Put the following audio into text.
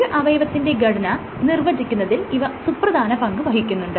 ഒരു അവയവത്തിന്റെ ഘടന നിർവചിക്കുന്നതിൽ ഇവ സുപ്രധാന പങ്ക് വഹിക്കുന്നുണ്ട്